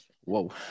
whoa